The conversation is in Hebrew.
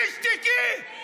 תתבייש.